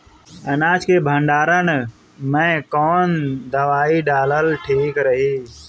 अनाज के भंडारन मैं कवन दवाई डालल ठीक रही?